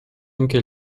anche